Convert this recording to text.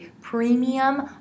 premium